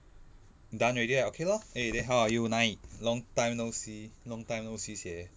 done already ah okay lor eh then how are you nai long time no see long time no see seh